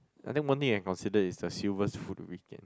I think one thing I consider is the silvers food weekend